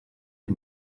die